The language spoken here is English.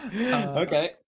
Okay